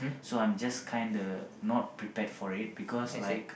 so I'm just kind of not prepared for it because like